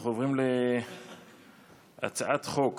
אנחנו עוברים להצעת חוק